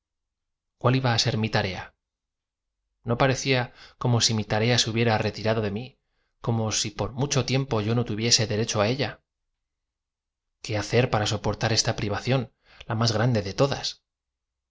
cuál iba á ser mi tareaf no parecía como si mi tarea se hubiera retirado de mí como si por mucho tiempo yo no tuviese dcrecho á ella qué hacer para soportar esta privación la más grande de todas